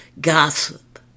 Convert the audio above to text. gossip